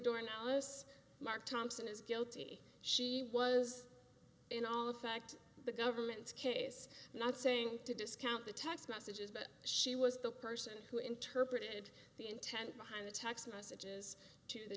alice mark thompson is guilty she was in on the fact the government's case not saying to discount the text messages but she was the person who interpreted the intent behind the text message to the